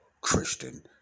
Christian